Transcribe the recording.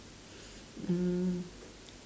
mm